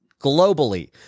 globally